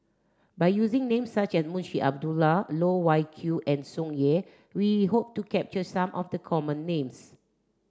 by using names such as Munshi Abdullah Loh Wai Kiew and Tsung Yeh we hope to capture some of the common names